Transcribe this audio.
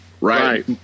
right